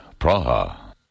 Praha